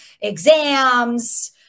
exams